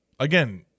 Again